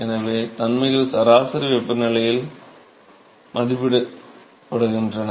எனவே தன்மைகள் சராசரி வெப்பநிலையில் மதிப்பிடப்படுகின்றன